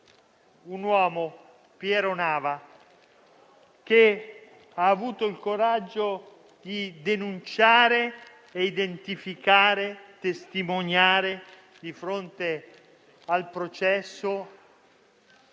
un uomo, Piero Nava, che ha avuto il coraggio di denunciare, identificare e testimoniare al processo,